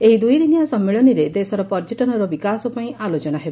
ଏହି ଦୁଇଦିନିଆ ସମ୍ମିଳନୀରେ ଦେଶର ପର୍ଯ୍ୟଟନର ବିକାଶ ପାଇଁ ଆଲୋଚନା ହେବ